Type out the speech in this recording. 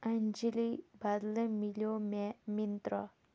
اَنجِلی بدلہٕ میلیٚو مےٚ مَِنٛترٛا